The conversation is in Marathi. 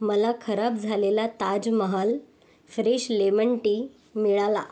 मला खराब झालेला ताजमहल फ्रेश लेमन टी मिळाला